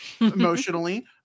emotionally